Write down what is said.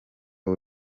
w’u